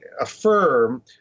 affirm